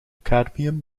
cadmium